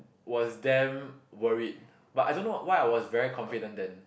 was damn worried but I don't know why I was very confident then